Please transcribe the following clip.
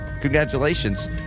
Congratulations